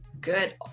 good